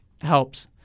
helps